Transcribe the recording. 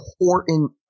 important